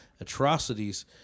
atrocities